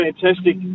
fantastic